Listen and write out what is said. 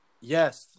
yes